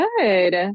Good